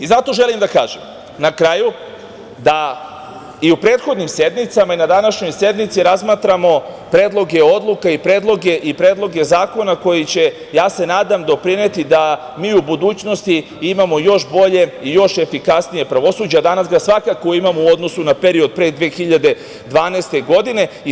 Zato na kraju želim da kažem da i u prethodnim sednicama i na današnjoj sednici razmatramo Predloge odluka i Predloge zakona koji će, ja se nadam, doprineti da mi u budućnosti imamo još bolje i još efikasnije pravosuđe, a danas ga svakako imamo u odnosu na period pre 2012. godine.